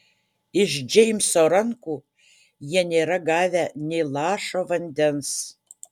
iš džeimso rankų jie nėra gavę nė lašo vandens